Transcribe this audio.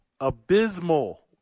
abysmal